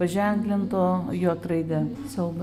paženklinto jot raide siaubas